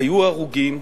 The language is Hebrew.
היו הרוגים,